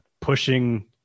pushing